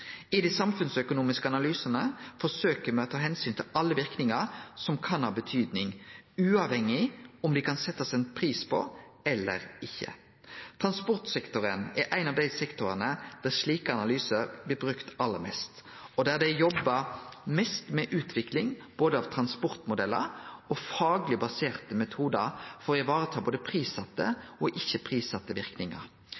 I dei samfunnsøkonomiske analysane forsøkjer me å ta omsyn til alle verknader som kan ha betyding, uavhengig av om det kan setjast ein pris på dei eller ikkje. Transportsektoren er ein av dei sektorane der slike analysar blir brukte aller mest, og der dei jobbar mest med utvikling både av transportmodellar og fagleg baserte metodar for å vareta både prissette og ikkje prissette verknader. Dei viktigaste ikkje prissette